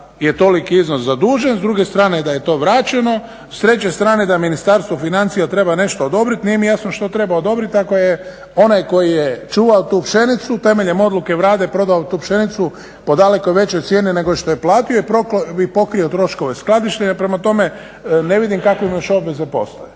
je toliki iznos zadužen s druge strane da je to vraćeno, s treće strane da Ministarstvo financija treba nešto odobriti. Nije mi jasno što treba odobriti ako je onaj koji je čuvao tu pšenicu temeljem odluke Vlade prodao tu pšenicu po daleko većoj cijeni nego što je platio i pokrio troškove skladištenja. Prema tome ne vidim kakve mu još obveze postoje.